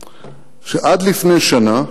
לי, שעד לפני שנה